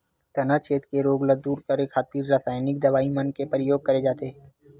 तनाछेद के रोग ल दूर करे खातिर रसाइनिक दवई मन के परियोग करे जाथे